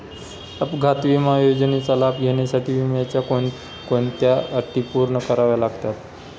अपघात विमा योजनेचा लाभ घेण्यासाठी विम्याच्या कोणत्या अटी पूर्ण कराव्या लागतात?